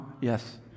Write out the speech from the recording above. yes